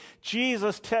Jesus